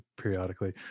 periodically